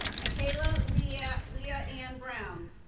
maekayla leah leah ann brown.